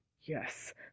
Yes